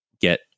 get